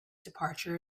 departure